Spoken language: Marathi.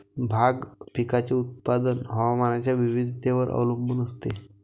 भाग पिकाचे उत्पादन हवामानाच्या विविधतेवर अवलंबून असते